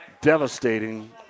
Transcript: devastating